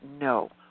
No